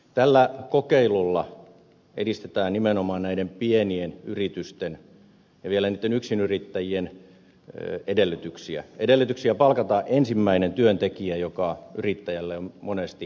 tällä kokeilulla edistetään nimenomaan näiden pienten yritysten ja vielä niiden yksinyrittäjien edellytyksiä palkata ensimmäinen työntekijä joka yrittäjälle on monesti valtava riski